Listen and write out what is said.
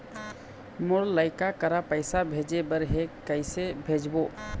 मोर लइका करा पैसा भेजें बर हे, कइसे भेजबो?